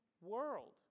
world